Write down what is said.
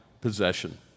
possession